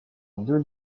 deux